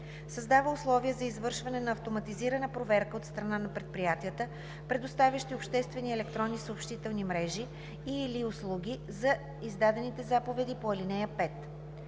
създава условия за извършване на автоматизирана проверка от страна на предприятията, предоставящи обществени електронни съобщителни мрежи и/или услуги, за издадените заповеди по ал. 5.